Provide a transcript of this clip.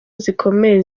zikomeye